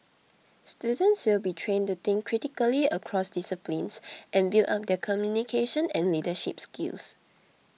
students will be trained to think critically across disciplines and build up their communication and leadership skills